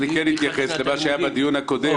אז אני אתייחס למה שהיה בדיון הקודם,